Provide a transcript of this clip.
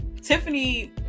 Tiffany